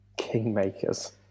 Kingmakers